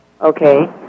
Okay